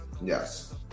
Yes